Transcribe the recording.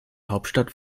hauptstadt